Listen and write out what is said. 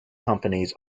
companies